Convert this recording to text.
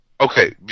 okay